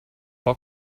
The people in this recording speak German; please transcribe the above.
ein